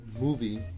Movie